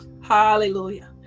Hallelujah